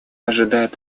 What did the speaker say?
ожидает